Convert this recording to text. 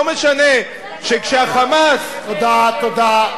לא משנה שכשה"חמאס" זה שאתה, תודה, תודה.